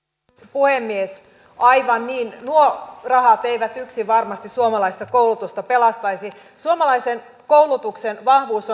puhemies aivan niin nuo rahat eivät yksin varmasti suomalaista koulutusta pelastaisi suomalaisen koulutuksen vahvuus